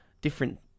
different